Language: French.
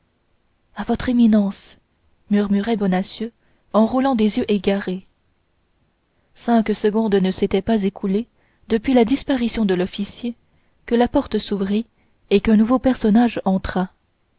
à votre éminence murmurait bonacieux en roulant des yeux égarés cinq secondes ne s'étaient pas écoulées depuis la disparition de l'officier que la porte s'ouvrit et qu'un nouveau personnage entra